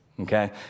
Okay